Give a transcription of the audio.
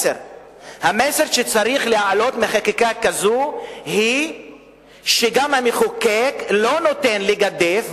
המסר שצריך לעלות מחקיקה כזאת הוא שהמחוקק לא נותן לגדף,